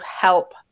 help